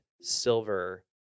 silver